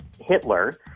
Hitler